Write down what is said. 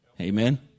Amen